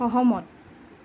সহমত